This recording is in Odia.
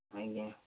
ଆଜ୍ଞା